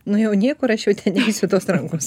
nu jau niekur aš jau neisiu tos rankos